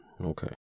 Okay